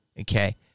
okay